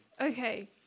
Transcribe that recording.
Okay